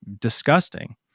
disgusting